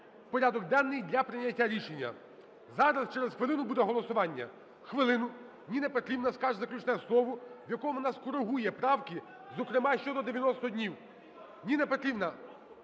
порядок денний для прийняття рішення. Зараз через хвилину буде голосування. Хвилину Ніна Петрівна скаже заключне слово, в якому вона скоригує правки, зокрема щодо 90 днів. Ніна Петрівна,